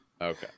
Okay